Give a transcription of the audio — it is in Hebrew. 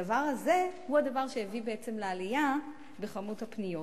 הדבר הזה הוא שהביא לעלייה במספר הפניות.